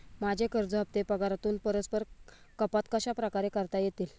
माझे कर्ज हफ्ते पगारातून परस्पर कपात कशाप्रकारे करता येतील?